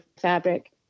fabric